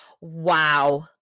wow